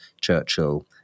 Churchill